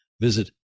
visit